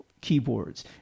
keyboards